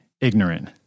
ignorant